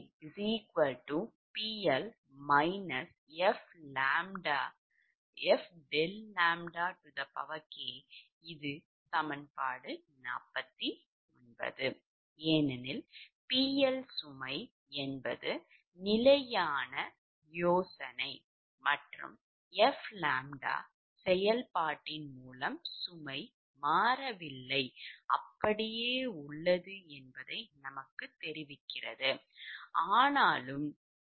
∆PjkPL f∆ʎ k ஏனெனில் PL சுமை நிலையான யோசனை மற்றும் fʎ செயல்பாட்டின் மூலம் சுமை மாறவில்லை அப்படியே உள்ளது